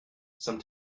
some